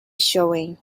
showing